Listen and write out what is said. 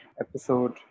episode